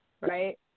right